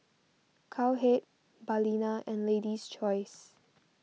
Cowhead Balina and Lady's Choice